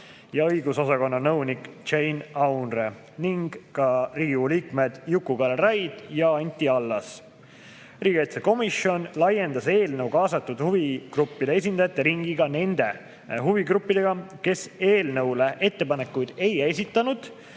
ja õigusosakonna nõunik Džein Aunre ning ka Riigikogu liikmed Juku-Kalle Raid ja Anti Allas. Riigikaitsekomisjon laiendas eelnõu kaasatud huvigruppide esindajate ringi ka nende huvigruppidega, kes eelnõu kohta ettepanekuid ei esitanud,